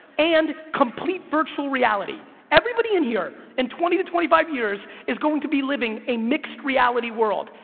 and complete virtual reality. everybody in here, in twenty or twenty five years is going to be living a mixed reality world,